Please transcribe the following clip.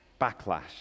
backlash